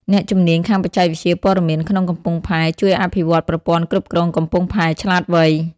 អ្នកជំនាញខាងបច្ចេកវិទ្យាព័ត៌មានក្នុងកំពង់ផែ ជួយអភិវឌ្ឍប្រព័ន្ធគ្រប់គ្រងកំពង់ផែឆ្លាតវៃ ។